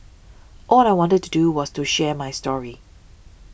all I wanted to do was to share my story